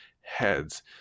heads